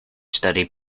study